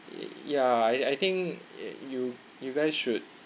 y~ ya I I think y~ you you guys should